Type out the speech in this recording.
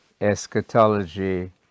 eschatology